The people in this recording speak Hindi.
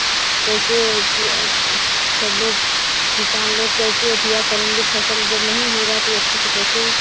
कैसे कि अब सब लोग किसान लोग कैसे पूरा करेंगे फसल जब नहीं हो रहा तो अच्छे से कैसे